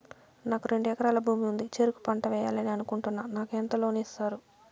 నాకు రెండు ఎకరాల భూమి ఉంది, చెరుకు పంట వేయాలని అనుకుంటున్నా, నాకు ఎంత లోను ఇస్తారు?